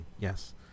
Yes